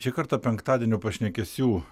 šį kartą penktadienio pašnekesių